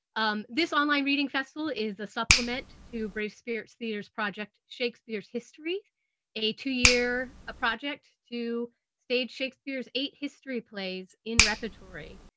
um, this online reading festival is a supplement to brave spirits theatre's project shakespeare's histories a two-year ah project to stage shakespeare's eight history plays in repertory.